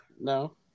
No